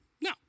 No